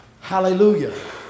Hallelujah